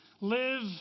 live